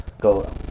go